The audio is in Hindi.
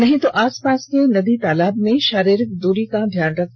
नहीं तो आसपास के नदी तालाबों में जाए तो शारीरिक दूरी का ध्यान रखें